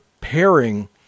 pairing